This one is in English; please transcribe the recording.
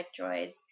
droids